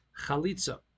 Chalitza